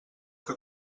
que